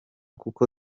kuko